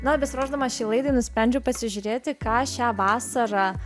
na o besiruošdamas šiai laidai nusprendžiau pasižiūrėti ką šią vasarą